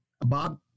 Bob